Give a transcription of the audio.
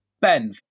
Ben